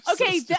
Okay